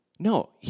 No